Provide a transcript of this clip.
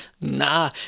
Nah